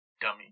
dummy